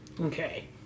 Okay